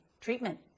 treatment